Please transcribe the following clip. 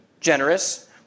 generous